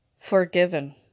forgiven